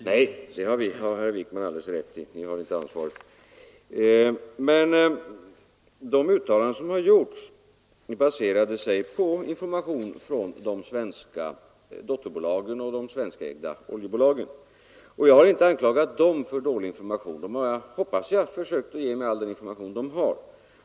Herr talman! Det har herr Wijkman alldeles rätt i — Ni har inte ansvaret. De uttalanden som gjorts baserade sig på information från de svenska dotterbolagen och de svenskägda oljebolagen. Jag har inte anklagat dem för dålig information. De har, hoppas jag, givit mig all den information de har.